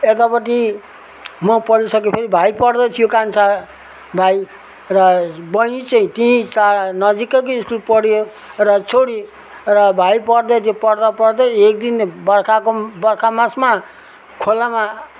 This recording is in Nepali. यतापट्टि म पढिसके फेरि भाइ पढ्दै थियो कान्छा भाइ र बहिनी चाहिँ त्यहीँ टाढा नजिकैको स्कुल पढ्यो र छोडि र भाइ पढ्दै थियो र पढ्दै पढ्दै एकदिन बर्खाको बर्खामासमा खोलामा